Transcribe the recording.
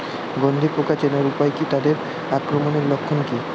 গন্ধি পোকা চেনার উপায় কী তাদের আক্রমণের লক্ষণ কী?